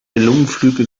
lungenflügel